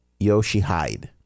Yoshihide